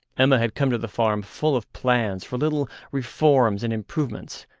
emma had come to the farm full of plans for little reforms and improvements,